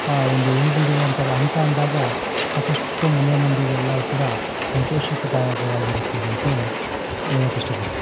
ಆ ಒಂದು ಹೂ ಬಿಡುವಂಥ ಹಂತ ಅಂದಾಗ ಸಾಕಷ್ಟು ಮನೆಮಂದಿಗೆಲ್ಲ ಕೂಡ ಸಂತೋಷಕದಾಯಕವಾಗಿ ಇರ್ತದಂತ್ಹೇಳಿ ಹೇಳಕ್ಕೆ ಇಷ್ಟಪಡ್ತೀನಿ